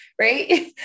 right